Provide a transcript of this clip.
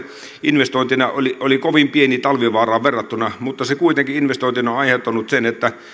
investointina oli oli kovin pieni talvivaaraan verrattuna investointina on aiheuttanut sen että